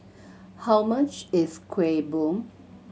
how much is Kueh Bom